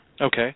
Okay